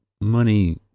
money